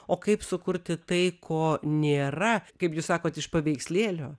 o kaip sukurti tai ko nėra kaip jūs sakote iš paveikslėlio